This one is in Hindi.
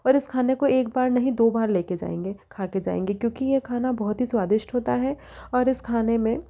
और इस खाने को एक बार नहीं दो बार ले कर जाएँगे खा कर जाएँगे क्योंकि ये खाना बहुत ही स्वादिष्ट होता है और इस खाने में